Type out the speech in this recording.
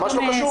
ממש לא קשור.